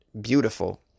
beautiful